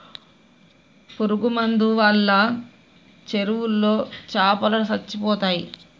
పురుగు మందు వాళ్ళ చెరువులో చాపలో సచ్చిపోతయ్